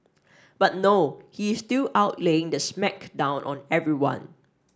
but no he is still out laying the smack down on everyone